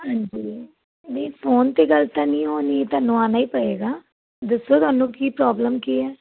ਹਾਂਜੀ ਨਹੀਂ ਫੋਨ 'ਤੇ ਗੱਲ ਤਾਂ ਨਹੀਂ ਹੋਣੀ ਤੁਹਾਨੂੰ ਆਉਣਾ ਹੀ ਪਏਗਾ ਦੱਸੋ ਤੁਹਾਨੂੰ ਕੀ ਪ੍ਰੋਬਲਮ ਕੀ ਹੈ